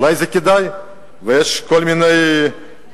אולי זה כדאי, ויש כל מיני הצעות